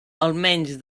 almenys